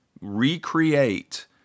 recreate